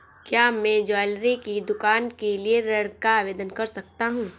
क्या मैं ज्वैलरी की दुकान के लिए ऋण का आवेदन कर सकता हूँ?